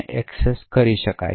access કરી શકે છે